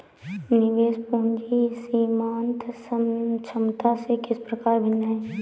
निवेश पूंजी सीमांत क्षमता से किस प्रकार भिन्न है?